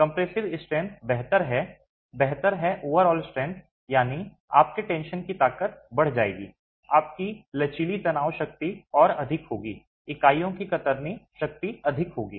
compressive strength बेहतर है बेहतर है ओवरऑल स्ट्रेंथ यानी आपके टेंशन की ताकत बढ़ जाएगी आपकी लचीली तनाव शक्ति अधिक होगी इकाइयों की कतरनी शक्ति अधिक होगी